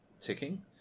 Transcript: ticking